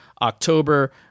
October